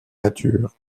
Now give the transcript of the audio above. nature